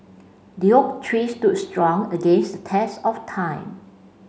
the oak tree stood strong against the test of time